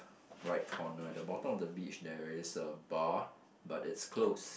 right corner at the bottom of the beach there is a bar but it's closed